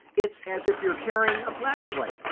it's as if you're carrying a flashlight.